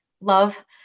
love